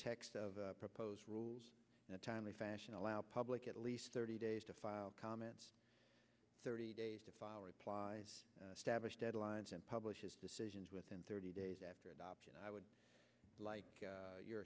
text of proposed rules timely fashion allow public at least thirty days to file comments thirty days to file replies stablish deadlines and publishes decisions within thirty days after adoption i would like your